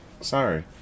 Sorry